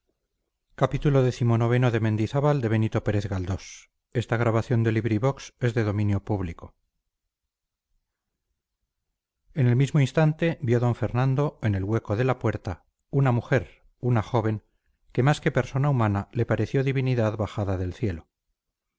en el mismo instante vio d fernando en el hueco de la puerta una mujer una joven que más que persona humana le pareció divinidad bajada del cielo